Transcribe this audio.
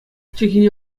чӗлхине